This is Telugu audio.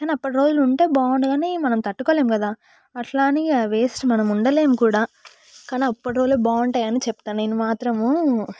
కానీ అప్పుడు రోజులు ఉంటే బాగుండు కానీ మనం తట్టుకోలేం కదా అట్లాని ఇక వేస్ట్ మనం ఉండలేం కూడా అప్పుడు రోజులలో బాగుంటాయి అని చెప్తా నేను మాత్రము